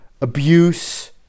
abuse